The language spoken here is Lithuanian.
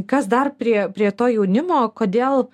kas dar prie prie to jaunimo kodėl